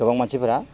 गोबां मानसिफोरा